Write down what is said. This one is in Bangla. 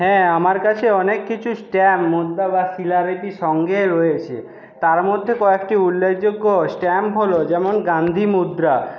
হ্যাঁ আমার কাছে অনেক কিছু স্ট্যাম্প মুদ্রা বা শিলালিপি সঙ্গে রয়েছে তার মধ্যে কয়েকটি উল্লেখযোগ্য স্ট্যাম্প হল যেমন গান্ধী মুদ্রা